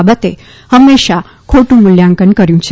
બાબતે હમેંશા ખોટું મૂલ્યાંકન કર્યું છે